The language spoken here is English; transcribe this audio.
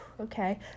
okay